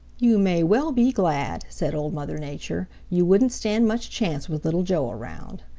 you may well be glad, said old mother nature. you wouldn't stand much chance with little joe around.